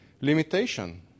Limitation